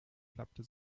klappte